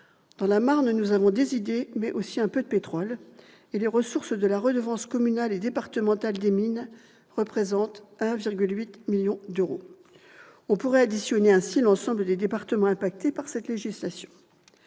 Dans la Marne, nous avons des idées, mais aussi un peu de pétrole, et les ressources de la redevance communale et départementale des mines représentent 1,8 million d'euros. On pourrait additionner ainsi l'ensemble des départements impactés par cette législation